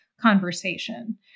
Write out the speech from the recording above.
conversation